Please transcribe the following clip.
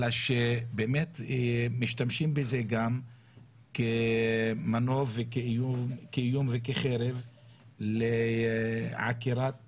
אלא שבאמת משתמשים בזה גם כמנוף וכאיום וכחרב לעקירת